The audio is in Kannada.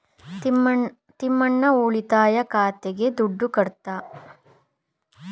ತಿಮ್ಮಣ್ಣ ಉಳಿತಾಯ ಖಾತೆಗೆ ದುಡ್ಡು ಕಟ್ಟದ